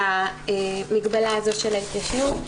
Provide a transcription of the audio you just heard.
להיאבק במגבלה הזאת של ההתיישנות,